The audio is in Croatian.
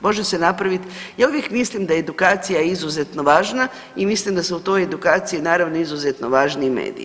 Može se napravit, ja uvijek mislim da je edukacija izuzetno važna i mislim da su u toj edukaciji naravno izuzetno važni i mediji.